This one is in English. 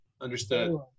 understood